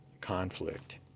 conflict